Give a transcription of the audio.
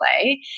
play